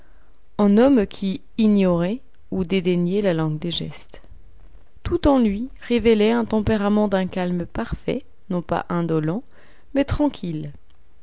en homme qui ignorait ou dédaignait la langue des gestes tout en lui révélait un tempérament d'un calme parfait non pas indolent mais tranquille